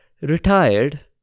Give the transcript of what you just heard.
retired